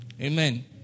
Amen